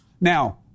Now